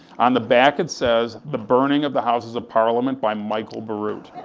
on the back it says, the burning of the houses of parliament by michael bierut,